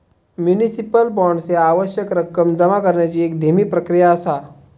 municipal bonds ह्या आवश्यक रक्कम जमा करण्याची एक धीमी प्रक्रिया असा